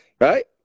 Right